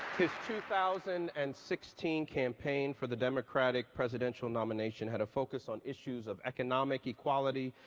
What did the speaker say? his two thousand and sixteen campaign for the democratic presidential nomination had a focus on issues of economic equality,